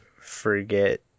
forget